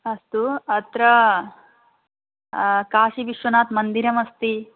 अस्तु अत्र काशीविश्वनाथमन्दिरम् अस्ति